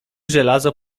żelazo